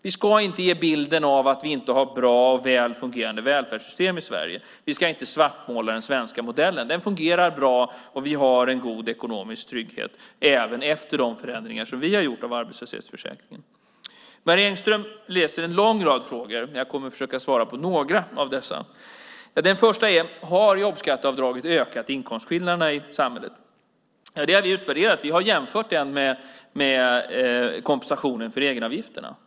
Vi ska inte ge bilden av att vi inte har bra och väl fungerande välfärdssystem i Sverige. Vi ska inte svartmåla den svenska modellen. Den fungerar bra. Vi har en god ekonomisk trygghet även efter de förändringar av arbetslöshetsförsäkringen som vi har gjort. Marie Engström hade en lång rad frågor. Jag ska försöka svara på några av dem. Den första var: Har jobbskatteavdraget ökat inkomstskillnaderna i samhället? Det har vi utvärderat. Vi har jämfört med kompensationen för egenavgifterna.